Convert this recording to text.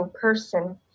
person